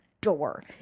door